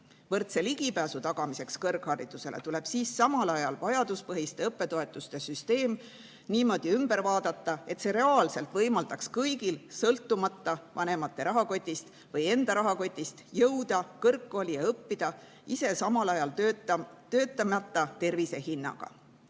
võrdse ligipääsu tagamiseks tuleb samal ajal vajaduspõhiste õppetoetuste süsteem niimoodi ümber vaadata, et see reaalselt võimaldaks kõigil, sõltumata vanemate või enda rahakotist, jõuda kõrgkooli ja õppida, ise samal ajal tervise hinnaga